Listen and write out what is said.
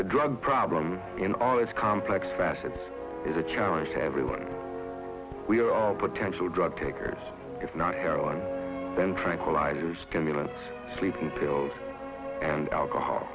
the drug problem in all its complex facets is a challenge to everyone we are all potential drug takers if not heroin then tranquilizers camillus sleeping pills and alcohol